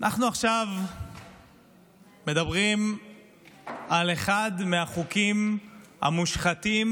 אנחנו עכשיו מדברים על אחד מהחוקים המושחתים